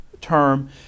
term